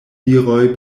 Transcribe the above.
viroj